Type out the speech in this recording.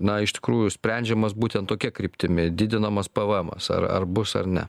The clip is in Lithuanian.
na iš tikrųjų sprendžiamas būtent tokia kryptimi didinamas pėvėemas ar ar bus ar ne